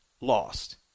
lost